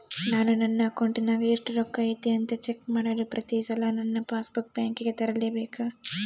ನಾನು ನನ್ನ ಅಕೌಂಟಿನಾಗ ಎಷ್ಟು ರೊಕ್ಕ ಐತಿ ಅಂತಾ ಚೆಕ್ ಮಾಡಲು ಪ್ರತಿ ಸಲ ನನ್ನ ಪಾಸ್ ಬುಕ್ ಬ್ಯಾಂಕಿಗೆ ತರಲೆಬೇಕಾ?